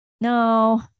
no